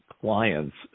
clients